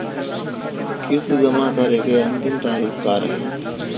किस्त जमा करे के अंतिम तारीख का रही?